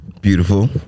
Beautiful